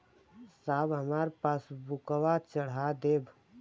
साहब हमार पासबुकवा चढ़ा देब?